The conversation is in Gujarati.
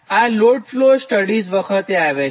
આ લોડ ફ્લો સ્ટડીઝ વખતે આવે છે